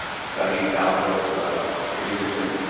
studies out of three different